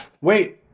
Wait